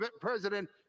president